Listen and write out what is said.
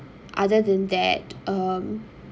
other than that um